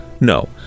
No